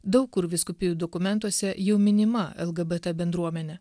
daug kur vyskupijų dokumentuose jau minima lgbt bendruomenė